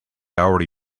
already